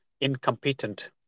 incompetent